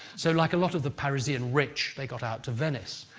so, like a lot of the parisian rich, they got out to venice.